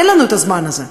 אין לנו הזמן הזה.